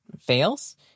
fails